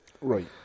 right